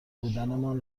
بودنمان